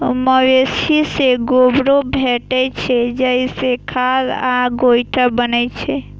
मवेशी सं गोबरो भेटै छै, जइसे खाद आ गोइठा बनै छै